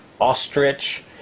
ostrich